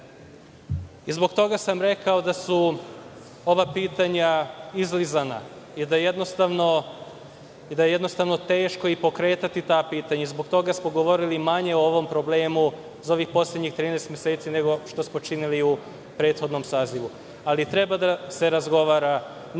sutra. Zbog toga sam rekao da su ova pitanja izlizana i da je jednostavno teško i pokretati ta pitanja i zbog toga smo govorili manje o ovom problemu za ovih poslednjih 13 meseci, nego što smo činili u prethodnom sazivu. Treba da se razgovara, nije